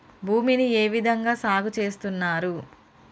భూమిని ఏ విధంగా సాగు చేస్తున్నారు?